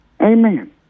Amen